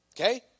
Okay